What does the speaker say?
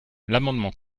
l’amendement